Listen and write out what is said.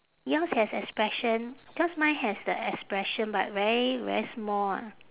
yours has expression cause mine has the expression but very very small ah